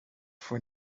for